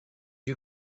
you